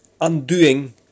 undoing